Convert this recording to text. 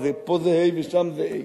פה זה ה"א ושם זה ה"א,